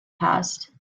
past